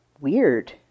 weird